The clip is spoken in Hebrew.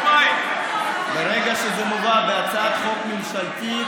ברגע שזה מובא בהצעת חוק ממשלתית,